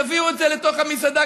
תביאו את זה לתוך המסעדה,